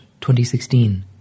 2016